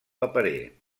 paperer